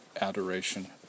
adoration